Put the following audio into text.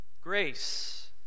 grace